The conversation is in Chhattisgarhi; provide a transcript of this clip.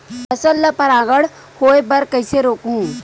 फसल ल परागण होय बर कइसे रोकहु?